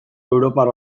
europar